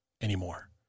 anymore